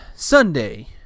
Sunday